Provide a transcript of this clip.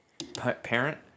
Parent